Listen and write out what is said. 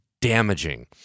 damaging